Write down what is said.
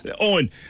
Owen